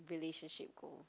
relationship goal